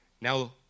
Now